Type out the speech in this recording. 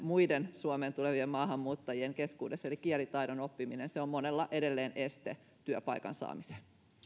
muiden suomeen tulevien maahanmuuttajien keskuudessa eli kielitaidon oppiminen se on monella edelleen este työpaikan saamiselle